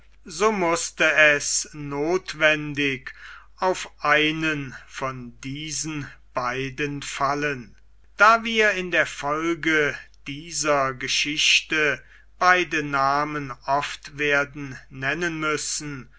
so mußte es nothwendig auf einen von diesen beiden fallen da wir in der folge dieser geschichte beide namen oft werden nennen müssen